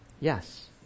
Yes